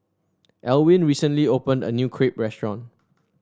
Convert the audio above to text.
Alwin recently opened a new Crepe Restaurant